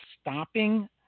stopping